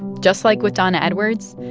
just like with donna edwards,